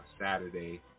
Saturday